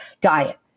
diet